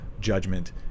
judgment